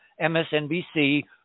MSNBC